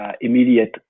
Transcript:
immediate